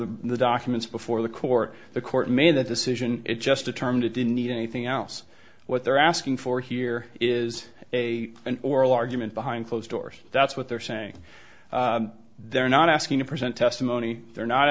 the the documents before the court the court made that decision it just determined it didn't need anything else what they're asking for here is a an oral argument behind closed doors that's what they're saying they're not asking to present testimony they're not